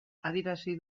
adierazi